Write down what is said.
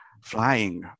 flying